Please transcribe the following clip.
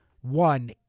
one